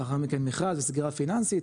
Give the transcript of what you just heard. לאחר מכן מכרז סגירה פיננסית,